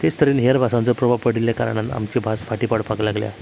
तेच तरेन हेर भासांचो प्रभाव पडिल्ल्या कारणान आमची भास फाटीं पडपाक लागल्या